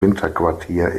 winterquartier